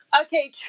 Okay